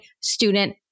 student